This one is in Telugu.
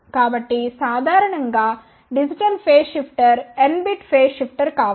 కాబట్టి సాధారణం గా digital phase shifter n bit phase shifter కావచ్చు